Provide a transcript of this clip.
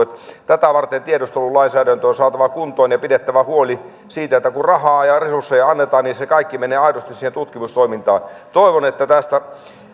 tätä varten tiedustelulainsäädäntö on saatava kuntoon ja pidettävä huoli siitä että kun rahaa ja resursseja annetaan niin se kaikki menee aidosti siihen tutkimustoimintaan toivon että tästä